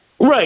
Right